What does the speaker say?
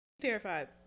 Terrified